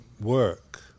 work